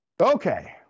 Okay